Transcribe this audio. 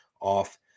off